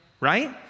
right